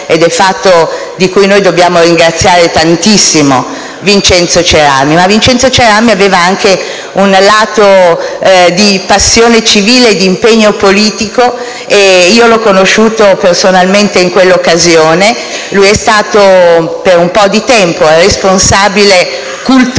di questo fatto dobbiamo ringraziare tantissimo Vincenzo Cerami. Ma Vincenzo Cerami aveva anche un lato di passione civile e di impegno politico. Io l'ho conosciuto personalmente in quella occasione: lui è stato per un po' di tempo responsabile cultura,